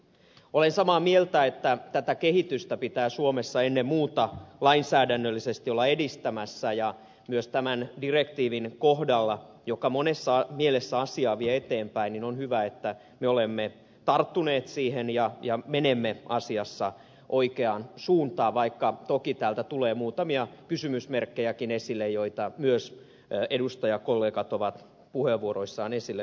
olen samaa mieltä että tätä kehitystä pitää suomessa ennen muuta lainsäädännöllisesti olla edistämässä ja myös tämän direktiivin kohdalla joka monessa mielessä asiaa vie eteenpäin on hyvä että me olemme tarttuneet siihen ja menemme asiassa oikeaan suuntaan vaikka toki täältä tulee muutamia kysymysmerkkejäkin esille joita myös edustajakollegat ovat puheenvuoroissaan esille nostaneet